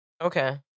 Okay